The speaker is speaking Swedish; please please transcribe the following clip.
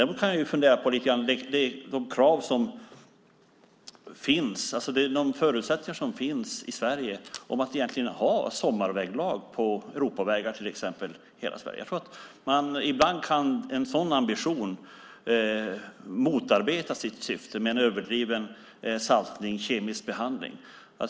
Man kan fundera lite grann på de krav som finns och de förutsättningar som finns för att ha sommarväglag på till exempel Europavägar i hela Sverige. Jag tror att en sådan ambition kan motarbeta sitt syfte, med en överdriven saltning och kemisk behandling.